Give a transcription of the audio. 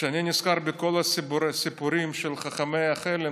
כשאני נזכר בכל הסיפורים של חכמי חלם,